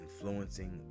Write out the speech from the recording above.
influencing